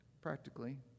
practically